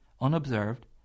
unobserved